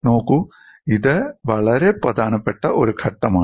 നോക്കൂ ഇത് വളരെ പ്രധാനപ്പെട്ട ഒരു ഘട്ടമാണ്